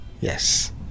Yes